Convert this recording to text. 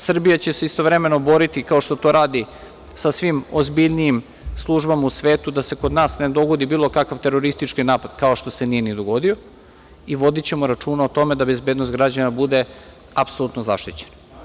Srbija će se istovremeno boriti, kao što to radi sa svim ozbiljnijim službama u svetu, da se kod nas ne dogodi bilo kakav teroristički napad, kao što se nije ni dogodio i vodićemo računa o tome da bezbednost građana bude apsolutno zaštićena.